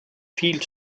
viel